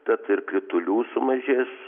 bet ir kritulių sumažės